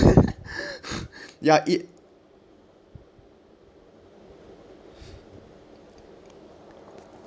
ya it